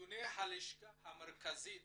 מנתוני הלשכה המרכזית